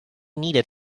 needed